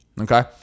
okay